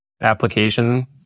application